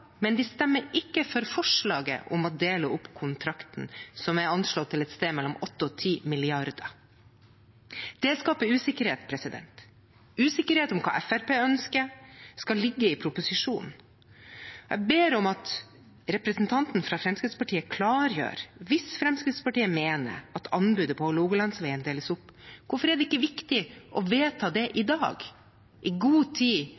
men de stemmer ikke for forslaget om å dele opp kontrakten, som er anslått til å være et sted mellom 8 mrd. kr og 10 mrd. kr. Det skaper usikkerhet – usikkerhet om hva Fremskrittspartiet ønsker skal ligge i proposisjonen. Jeg ber om at representanten fra Fremskrittspartiet klargjør: Hvis Fremskrittspartiet mener at anbudet på Hålogalandsvegen deles opp – hvorfor er det ikke viktig å vedta det i dag, i god tid,